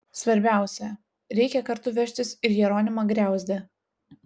svarbiausia reikia kartu vežtis ir jeronimą griauzdę